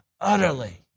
utterly